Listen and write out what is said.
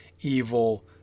evil